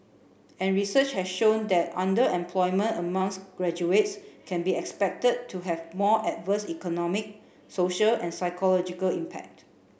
and research has shown that underemployment amongst graduates can be expected to have more adverse economic social and psychological impact